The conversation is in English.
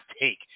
take